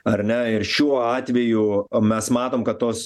ar ne ir šiuo atveju o mes matom kad tos